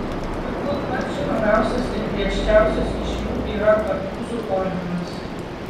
turbūt pats žinomiausias ir griežčiausias iš jų yra kartūzų ordinas